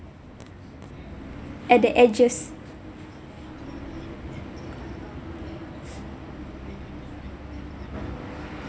at the edges